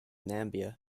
namibia